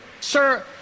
Sir